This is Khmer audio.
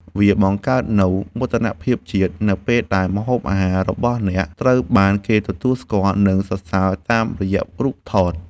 វាបង្កើតនូវមោទនភាពជាតិ នៅពេលដែលម្ហូបអាហាររបស់ខ្លួនត្រូវបានគេទទួលស្គាល់ និងសរសើរតាមរយៈរូបថត។